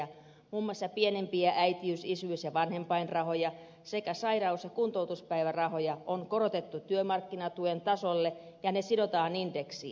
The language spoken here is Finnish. muun muassa pienimpiä äitiys isyys ja vanhempainrahoja sekä sairaus ja kuntoutuspäivärahoja on korotettu työmarkkinatuen tasolle ja ne sidotaan indeksiin